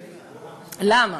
למה?